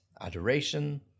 adoration